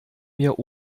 mir